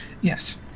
Yes